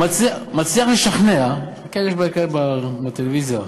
הוא מצליח לשכנע, תסתכל בטלוויזיה,